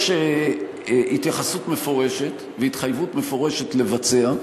יש התייחסות מפורשת והתחייבות מפורשת לבצע,